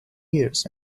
years